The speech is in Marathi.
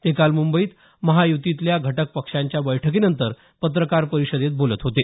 ते काल मुंबईत महायुतीतल्या घटक पक्षांच्या बैठकीनंतर पत्रकार परिषदेत बोलत होते